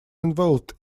involved